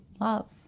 love